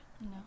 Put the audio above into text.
No